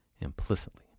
implicitly